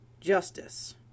justice